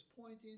pointing